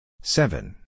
seven